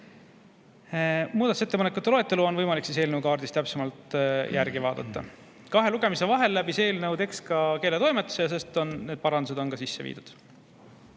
Muudatusettepanekute loetelu on võimalik eelnõukaardilt täpsemalt järgi vaadata. Kahe lugemise vahel läbis eelnõu tekst ka keeletoimetuse ja need parandused on sisse viidud.